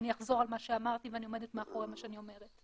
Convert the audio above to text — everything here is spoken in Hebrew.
אני אחזור על מה שאמרתי ואני עומדת מאחורי מה שאני אומרת.